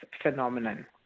phenomenon